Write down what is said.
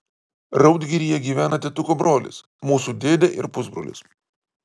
raudgiryje gyvena tėtuko brolis mūsų dėdė ir pusbrolis